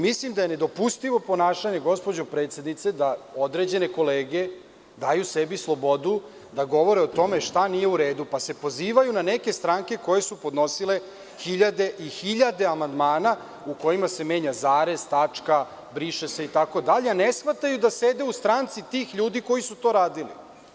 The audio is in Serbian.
Mislim da je nedopustivo ponašanje, gospođo predsednice, da određene kolege daju sebi slobodu da govore o tome šta nije u redu, pa se pozivaju na neke stranke koje su podnosile hiljade i hiljade amandmana u kojima se menja zarez, tačka, briše se, itd, a ne shvataju da sede u stranci tih ljudi koji su to radili.